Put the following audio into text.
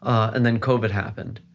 and then covid happened,